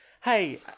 hey